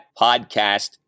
Podcast